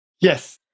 Yes